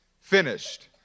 finished